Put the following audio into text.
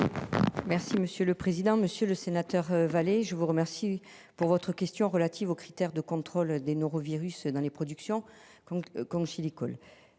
Merci monsieur le président, Monsieur le Sénateur vallée je vous remercie pour votre question relative aux critères de contrôle des norovirus dans les productions donc